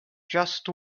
just